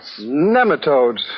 Nematodes